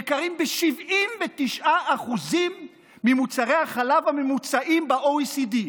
יקרים ב-79% ממוצרי החלב הממוצעים ב-OECD.